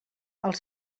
els